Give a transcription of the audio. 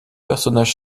personnage